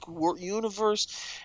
universe